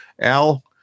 Al